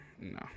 No